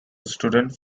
students